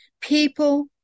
People